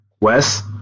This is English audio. Wes